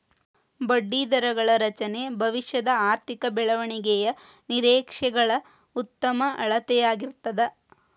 ಬಡ್ಡಿದರಗಳ ರಚನೆ ಭವಿಷ್ಯದ ಆರ್ಥಿಕ ಬೆಳವಣಿಗೆಯ ನಿರೇಕ್ಷೆಗಳ ಉತ್ತಮ ಅಳತೆಯಾಗಿರ್ತದ